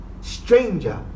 Stranger